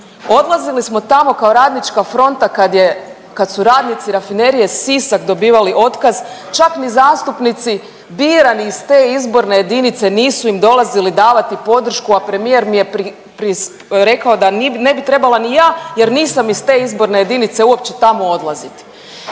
odlazili smo tamo kao RF kad je kad su radnici Rafinerije Sisak dobivali otkaz, čak ni zastupnici birani iz te izborne jedinice nisu im dolazili davati podršku, a premijer mi je rekao da ne bi trebala ni ja jer nisam iz te izborne jedinice uopće tamo odlaziti.